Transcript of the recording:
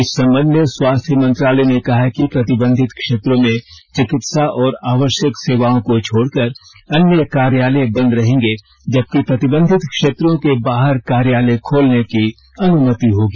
इस संबंध में स्वास्थ्य मंत्रालय ने कहा है कि प्रतिबंधित क्षेत्रों में चिकित्सा और आवश्यक सेवाओं को छोड़कर अन्य कार्यालय बंद रहेंगे जबकि प्रतिबंधित क्षेत्रों के बाहर कार्यालय खोलने की अनुमति होगी